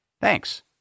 Thanks